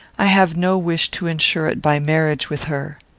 i have no wish to insure it by marriage with her.